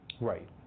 Right